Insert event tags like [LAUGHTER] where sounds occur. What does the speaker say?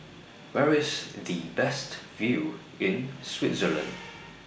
Where IS The Best View in Switzerland [NOISE]